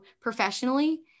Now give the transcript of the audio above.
professionally